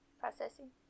Processing